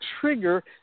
trigger